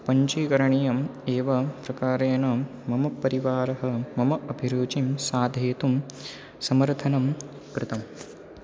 पञ्चीकरणीयम् एवंप्रकारेण मम परिवारः मम अभिरुचिं साधयितुं समर्थनं कृतम्